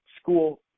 School